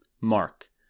Mark